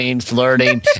flirting